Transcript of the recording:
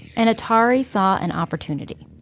and atari saw an opportunity.